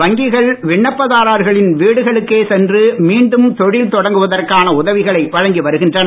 வங்கிகள் விண்ணப்ப தாரர்களின் வீடுகளுக்கே சென்று மீண்டும் தொழில் தொடங்குவதற்கான உதவிகளை வழங்கி வருகின்றன